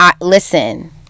listen